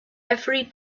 every